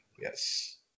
Yes